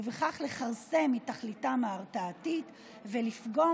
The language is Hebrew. ובכך לכרסם בתכליתם ההרתעתית ולפגום